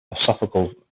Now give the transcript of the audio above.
esophageal